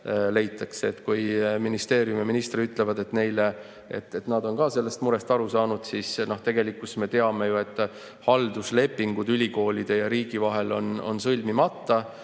Kui ministeerium ja minister ütlevad, et nad on ka sellest murest aru saanud, siis tegelikult me teame ju, et halduslepingud ülikoolide ja riigi vahel on sõlmimata.